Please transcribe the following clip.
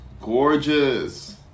Gorgeous